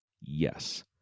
Yes